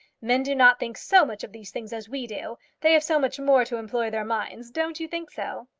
men do not think so much of these things as we do. they have so much more to employ their minds. don't you think so?